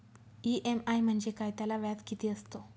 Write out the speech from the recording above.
EMI म्हणजे काय? त्याला व्याज किती असतो?